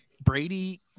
Brady